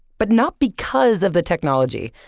but not because of the technology,